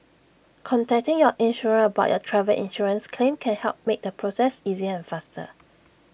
contacting your insurer about your travel insurance claim can help make the process easier and faster